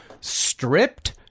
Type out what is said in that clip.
stripped